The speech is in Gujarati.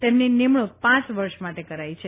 તેમની નિમણૂંક પાંચ વર્ષ માટે કરાઇ છે